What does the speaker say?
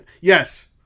yes